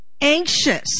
anxious